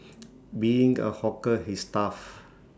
being A hawker is tough